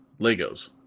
Legos